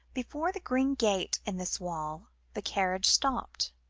before the green gate in this wall, the carriage stopped.